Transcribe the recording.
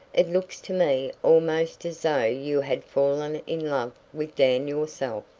it looks to me almost as though you had fallen in love with dan yourself.